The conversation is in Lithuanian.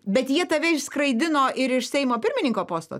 bet jie tave išskraidino ir iš seimo pirmininko posto tai